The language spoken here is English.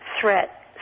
threat